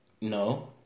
No